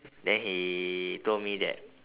then he told me that